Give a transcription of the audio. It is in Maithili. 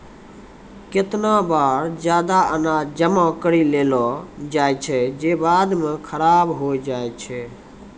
केतना बार जादा अनाज जमा करि लेलो जाय छै जे बाद म खराब होय जाय छै